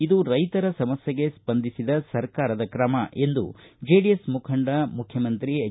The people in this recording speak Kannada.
ಇದು ರೈತರ ಸಮಸ್ಥೆಗೆ ಸ್ವಂದಿಸಿದ ಸರ್ಕಾರದ ತ್ರಮ ಎಂದು ಜೆಡಿಎಸ್ ಮುಖಂಡ ಎಚ್